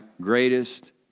greatest